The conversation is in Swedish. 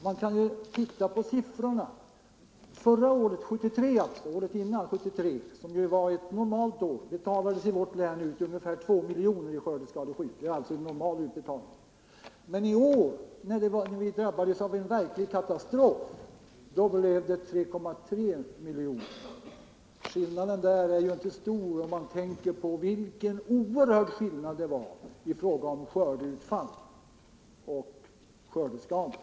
Låt oss se på siffrorna! År 1973, som var ett normalt år, betalades det i vårt län ut ungefär 2 miljoner i skördeskadeersättning. Det är alltså en normal utbetalning. Men i år, när vi drabbats av en verklig katastrof, blev det 3,3 miljoner. Skillnaden är inte stor med tanke på vilken oerhörd skillnad det var i fråga om skördeutfall och skördeskador.